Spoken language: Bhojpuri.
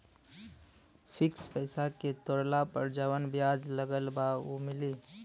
फिक्स पैसा के तोड़ला पर जवन ब्याज लगल बा उ मिली?